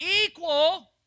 equal